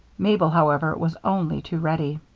mabel, however, was only too ready.